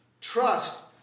Trust